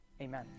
Amen